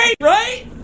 right